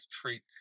treat